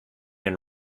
and